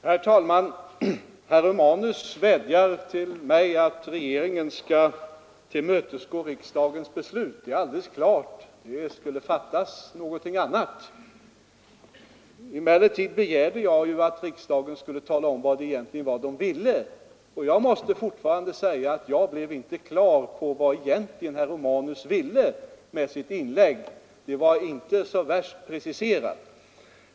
Herr talman! Herr Romanus vädjade till mig att se till så att regeringen tillmötesgår riksdagens beslut — och det fattas bara annat! Men jag har begärt att man här i riksdagen skall klargöra vad det är man vill. Och jag måste fortfarande säga att jag inte har blivit på det klara med vad herr Romanus egentligen ville med sitt inlägg. Det var inte så värst preciserat.